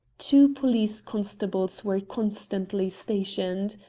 two police-constables were constantly stationed.